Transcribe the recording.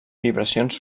vibracions